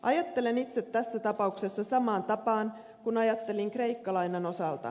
ajattelen itse tässä tapauksessa samaan tapaan kuin ajattelin kreikka lainan osalta